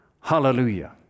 Hallelujah